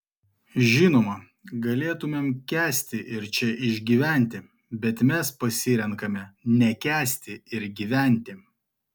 žinoma galėtumėm kęsti ir čia išgyventi bet mes pasirenkame nekęsti ir gyventi